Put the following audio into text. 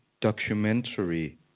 documentary